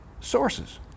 sources